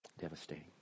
Devastating